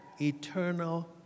Eternal